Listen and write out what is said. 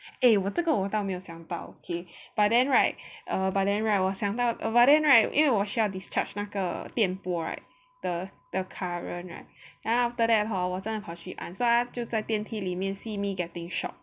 eh 我这个我倒没有想到 okay but then right err but then right 我想到 but then right 因为我需要 discharge 那个电波 right the the current right then after that hor 我真的跑去那边按所以他在电梯里面 see me getting shock